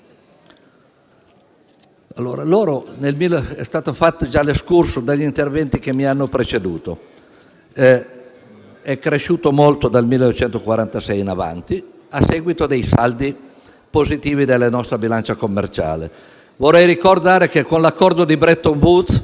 - è già stato fatto un *excursus* negli interventi che hanno preceduto il mio - è cresciuto molto dal 1946 in avanti, a seguito dei saldi positivi della nostra bilancia commerciale. Vorrei ricordare che con gli accordi di Bretton Woods